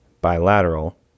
bilateral